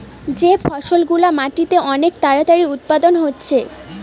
যে ফসল গুলা মাটিতে অনেক তাড়াতাড়ি উৎপাদন হচ্ছে